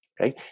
Okay